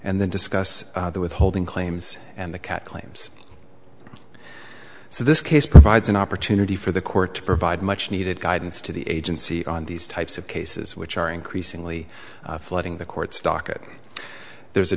and then discuss the withholding claims and the cat claims so this case provides an opportunity for the court to provide much needed guidance to the agency on these types of cases which are increasingly flooding the court's dock